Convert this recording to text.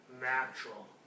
natural